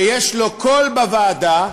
שיש לו קול בוועדה,